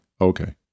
okay